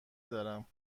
دارم